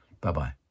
Bye-bye